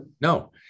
no